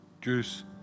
juice